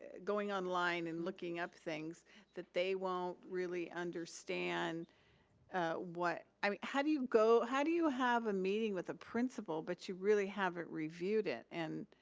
going online and looking up things that they won't really understand what, i mean, how do you go, how do you have a meeting with a principal but you really haven't reviewed it? and,